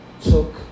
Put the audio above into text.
took